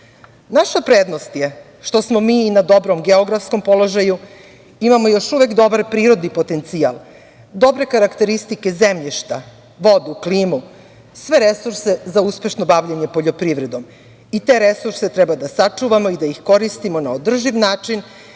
veća. Naša prednost je što smo mi i na dobrom geografskom položaju, imamo još uvek dobar prirodni potencijal, dobre karakteristike zemljišta, vodu, klimu, sve resurse za uspešno bavljenje poljoprivredom. Te resurse treba da sačuvamo i da ih koristimo na održiv način,